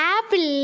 Apple